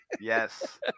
Yes